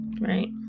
right